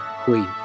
Queen